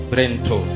Brento